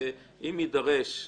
ואם יידרש,